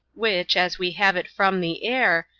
which, as we have it from the air,